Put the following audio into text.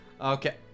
Okay